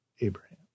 Abraham